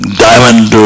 diamond